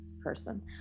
person